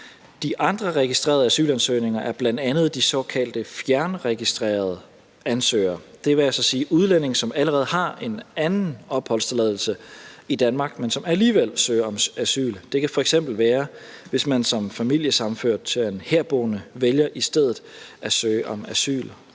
De andre registrerede asylansøgninger er bl.a. de såkaldte fjernregistrerede ansøgere, dvs. udlændinge, som allerede har en anden opholdstilladelse i Danmark, men som alligevel søger om asyl. Det kan f.eks. være, hvis man som familiesammenført til en herboende i stedet for vælger at søge om asyl